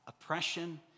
oppression